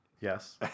Yes